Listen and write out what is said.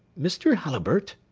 mr. halliburtt?